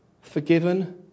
Forgiven